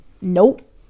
Nope